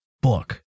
book